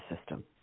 system